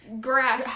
Grass